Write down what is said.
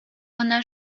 гына